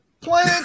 Playing